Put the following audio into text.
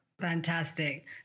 fantastic